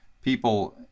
people